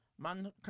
Man